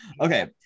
Okay